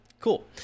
cool